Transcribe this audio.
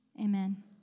amen